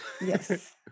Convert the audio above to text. yes